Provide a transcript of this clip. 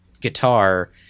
guitar